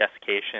desiccation